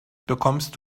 bekommst